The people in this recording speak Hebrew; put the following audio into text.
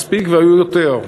מספיק, והיו יותר.